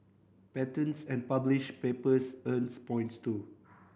patents and published papers earn points too